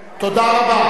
תודה רבה.